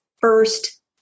first